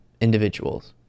individuals